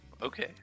Okay